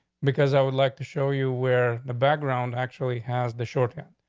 because i would like to show you where the background actually has the shorthand.